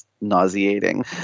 nauseating